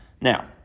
Now